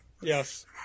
Yes